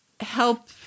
help